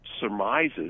surmises